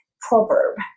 proverb